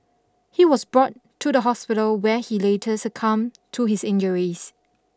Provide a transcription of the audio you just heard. he was brought to the hospital where he later succumbed to his injuries